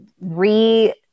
re